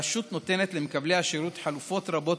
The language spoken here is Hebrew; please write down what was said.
הרשות נותנת למקבלי השירות חלופות רבות